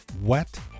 wet